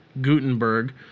Gutenberg